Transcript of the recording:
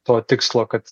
to tikslo kad